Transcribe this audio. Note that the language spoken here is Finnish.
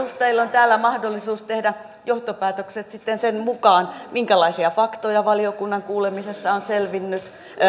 edustajilla on täällä mahdollisuus tehdä johtopäätökset sitten sen mukaan minkälaisia faktoja valiokunnan kuulemisessa on selvinnyt